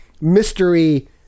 mystery